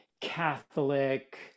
Catholic